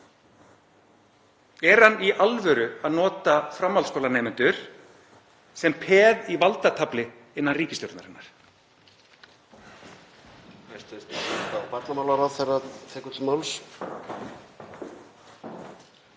er hann í alvöru að nota framhaldsskólanemendur sem peð í valdatafli innan ríkisstjórnarinnar?